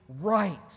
right